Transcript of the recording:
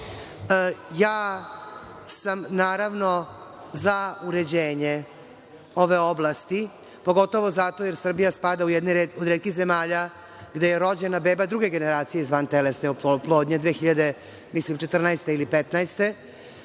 sam, naravno, za uređenje ove oblasti, pogotovo zato jer Srbija spada u jednu od retkih zemalja gde je rođena beba druge generacije iz vantelesne oplodnje 2014. ili 2015.